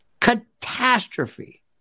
catastrophe